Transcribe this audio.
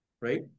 right